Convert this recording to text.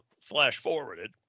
flash-forwarded